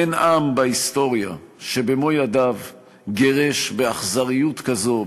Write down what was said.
אין עם בהיסטוריה שבמו ידיו גירש באכזריות כזאת,